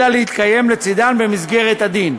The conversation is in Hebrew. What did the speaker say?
אלא להתקיים לצדן במסגרת הדין.